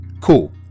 Cool